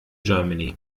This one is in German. germany